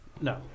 No